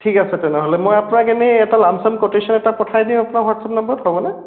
ঠিক আছে তেনেহ'লে মই আপোনাক এনেই এটা লাম চাম ক'টেচন এটা পঠাই দিওঁ আপোনাৰ হোৱাটছাপ নাম্বাৰত হ'বনে